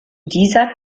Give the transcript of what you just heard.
dieser